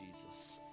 Jesus